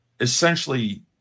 essentially